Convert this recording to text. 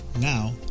Now